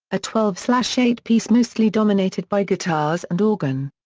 a twelve so so eight piece mostly dominated by guitars and organ.